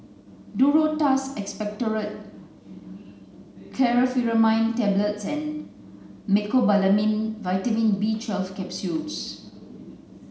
Duro Tuss Expectorant Chlorpheniramine Tablets and Mecobalamin Vitamin B twelfth Capsules